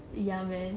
ya man